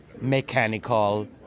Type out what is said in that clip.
mechanical